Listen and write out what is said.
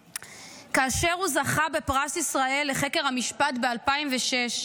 כאשר הוא זכה בפרס ישראל לחקר המשפט ב-2006,